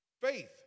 Faith